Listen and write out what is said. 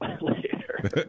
later